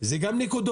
זה גם נקודות,